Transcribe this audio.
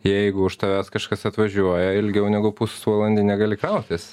jeigu už tavęs kažkas atvažiuoja ilgiau negu pusvalandį negali kautis